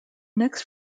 next